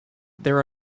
there